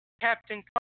Captain